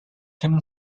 him